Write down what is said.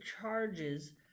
charges